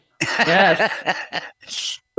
Yes